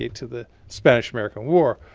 to the spanish american war.